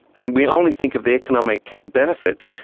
and we only think of the economic benefits,